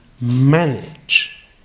manage